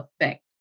effect